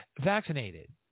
vaccinated